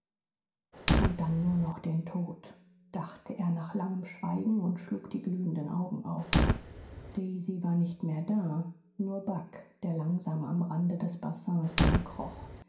und dann nur noch den tod dachte er nach langem schweigen und schlug die glühenden augen auf daisy war nicht mehr da nur bagh der langsam am rande des bassins hinkroch